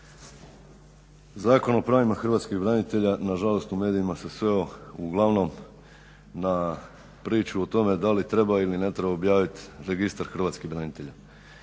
Zakon o pravima hrvatskih branitelja nažalost u medijima se sveo uglavnom na priču o tome da li treba ili ne treba objavit Registar hrvatskih branitelja